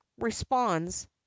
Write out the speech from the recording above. responds